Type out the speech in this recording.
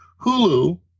Hulu